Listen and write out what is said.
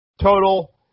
Total